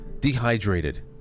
dehydrated